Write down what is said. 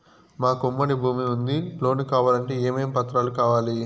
మాకు ఉమ్మడి భూమి ఉంది లోను కావాలంటే ఏమేమి పత్రాలు కావాలి?